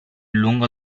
lungo